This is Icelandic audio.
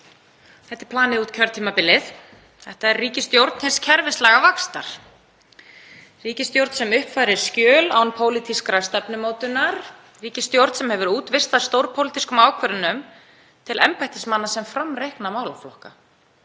Þetta er planið út kjörtímabilið. Þetta er ríkisstjórn hins kerfislæga vaxtar, ríkisstjórn sem uppfærir skjöl án pólitískrar stefnumótunar, ríkisstjórn sem hefur útvistað stórpólitískum ákvörðunum til embættismanna sem framreikna málaflokka.